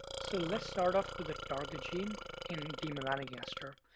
so let's start off with the target gene in d. melanogaster,